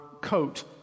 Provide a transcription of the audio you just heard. coat